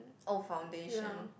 oh foundation